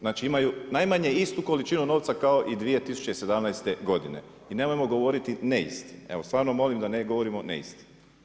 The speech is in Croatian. Znači imaju najmanje istu količinu novca kao i 2017. godine i nemojmo govoriti neistine, evo stvarno molim da ne govorimo neistine.